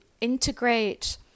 integrate